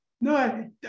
No